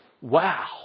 Wow